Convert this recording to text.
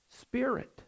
spirit